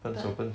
but